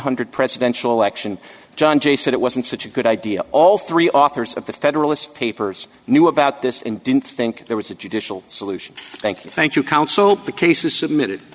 hundred presidential election john j said it wasn't such a good idea all three authors of the federalist papers knew about this and didn't think there was a judicial solution thank you thank you count so the case was submitted